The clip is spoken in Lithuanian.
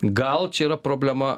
gal čia yra problema